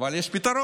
אבל יש פתרון: